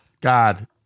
god